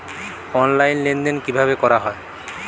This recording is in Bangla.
অনলাইন লেনদেন কিভাবে করা হয়?